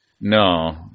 No